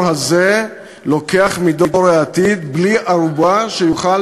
הזה לוקח מדור העתיד בלי ערובה שיוכל